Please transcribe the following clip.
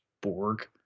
Borg